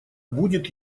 будет